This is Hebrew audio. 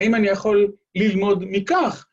‫האם אני יכול ללמוד מכך?